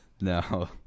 no